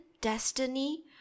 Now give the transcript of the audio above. destiny